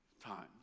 times